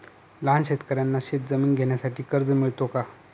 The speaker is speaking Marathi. लहान शेतकऱ्यांना शेतजमीन घेण्यासाठी कर्ज मिळतो का?